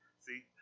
See